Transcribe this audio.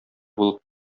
булып